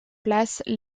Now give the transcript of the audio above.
place